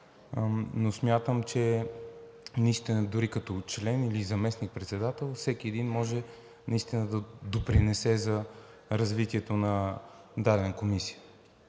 но смятам, че дори като член или заместник-председател всеки един може да допринесе за развитието на дадена комисия.